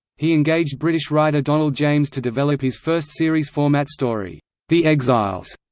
he engaged british writer donald james to develop his first-series format story the exiles.